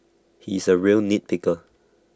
he is A real nit picker